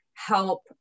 help